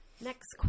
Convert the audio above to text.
Next